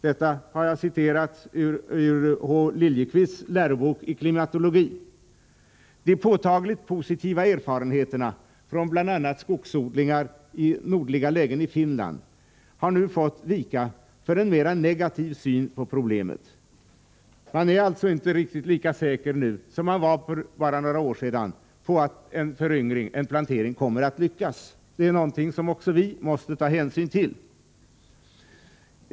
Jag har funnit denna uppgift i H. Liljeqvists lärobok i klimatologi. De påtagligt positiva erfarenheterna från bl.a. skogsodlingar i nordliga lägen i Finland har nu fått vika för en mera negativ syn på problemet. Man är alltså inte riktigt lika säker nu, som för bara några år sedan, på att en plantering kommer att lyckas. Det är någonting som också vi måste ta hänsyn till.